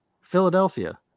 Philadelphia